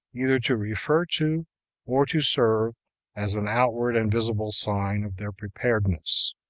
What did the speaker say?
either to refer to or to serve as an outward and visible sign of their preparedness.